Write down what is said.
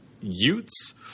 Utes